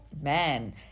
man